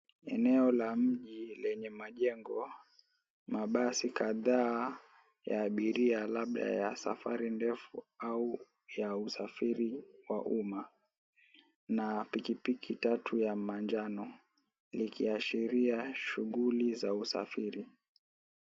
Eneo la mji lenye majengo mwengine mabasi kadhaa ya abiria labda ya safari ndefu au ya usafiri wa umma na pikipiki tatu ya manjanolikiashiria shughuli za usafiri.